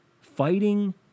Fighting